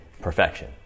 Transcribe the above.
perfection